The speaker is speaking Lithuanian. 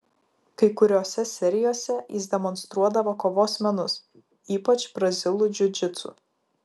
kai kuriose serijose jis demonstruodavo kovos menus ypač brazilų džiudžitsu